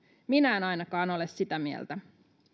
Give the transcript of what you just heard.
minä en ainakaan ole sitä mieltä